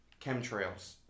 chemtrails